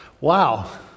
Wow